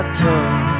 tongue